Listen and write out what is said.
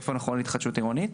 איפה נכון התחדשות עירונית.